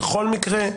בכל מקרה,